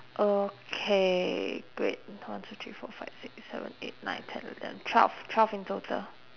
okay great one two three four five six seven eight nine ten eleven twelve twelve in total